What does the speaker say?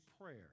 prayer